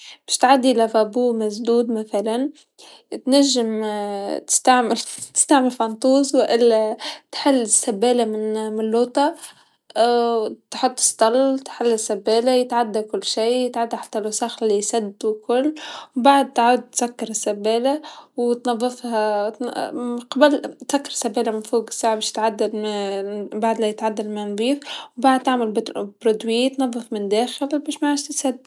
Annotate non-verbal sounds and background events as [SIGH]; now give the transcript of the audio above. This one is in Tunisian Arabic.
باش تعدي حوض مسدود مثلا تنجم [HESITATION] تستعمل [LAUGHS] تستعمل فانتوز و إلا تحل سباله من ماللوطا [HESITATION] تحط سطل، تحل السباله يتعدى كل شيء يتعدى حتى الوسخ ليسد و كل بعد تعاود تسكر السباله و تنظفها [HESITATION] قبل تسكر السباله مالفوق ساعه باش تعدى الما، بعد ما يتعدي الما نظيف بعده تعمل برو-برودوي تنظف مالداخل باش ميعاودش يسد.